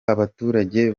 abaturage